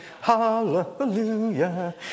hallelujah